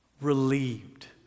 relieved